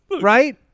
Right